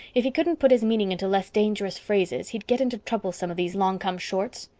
if he couldn't put his meaning into less dangerous phrases he'd get into trouble some of these long-come-shorts.